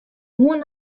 oan